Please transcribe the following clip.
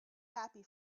happy